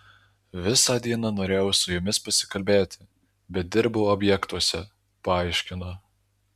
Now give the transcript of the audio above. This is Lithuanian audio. visą dieną norėjau su jumis pasikalbėti bet dirbau objektuose paaiškino